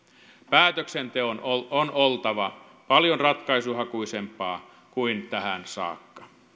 päätöksenteon on oltava paljon ratkaisuhakuisempaa kuin tähän saakka